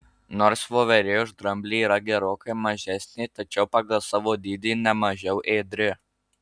nors voverė už dramblį yra gerokai mažesnė tačiau pagal savo dydį ne mažiau ėdri